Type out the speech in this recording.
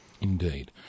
Indeed